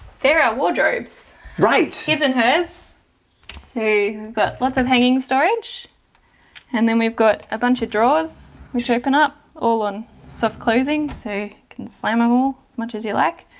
there are wardrobes right? she's in hers hey good lots of hanging storage and then we've got a bunch of drawers which open up all on soft clothing so can slam a wall much as you like